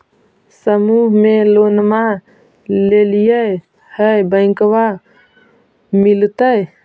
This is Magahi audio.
समुह मे लोनवा लेलिऐ है बैंकवा मिलतै?